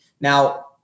Now